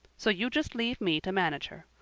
so you just leave me to manage her.